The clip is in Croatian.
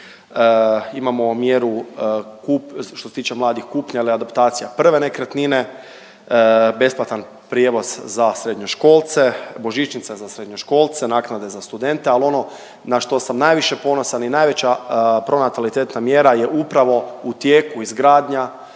Imamo mjeru što se tiče mladih kupnje ili adaptacija prve nekretnine, besplatan prijevoz za srednjoškolce, božićnica za srednjoškolce, naknade za studente. Ali ono na što sam najviše ponosan i najveća pronatalitetna mjera je upravo u tijeku izgradnja